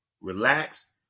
relax